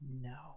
No